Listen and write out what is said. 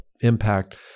impact